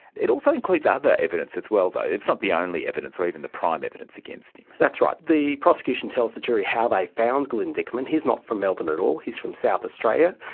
it also includes other evidence as well though, it's not the only evidence or even the prime evidence against him. that's right. the prosecution tells the jury how they found glyn dickman. he's not from melbourne at all, he's from south australian.